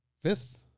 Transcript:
fifth